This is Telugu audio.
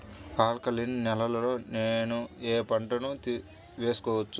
ఆల్కలీన్ నేలలో నేనూ ఏ పంటను వేసుకోవచ్చు?